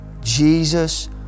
Jesus